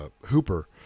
Hooper